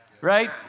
right